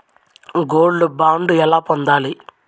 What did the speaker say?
Gold bond ఎలా పొందాలి?